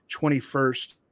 21st